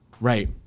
Right